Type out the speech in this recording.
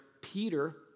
Peter